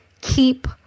keep